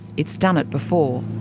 it's done it before.